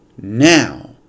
now